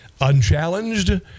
unchallenged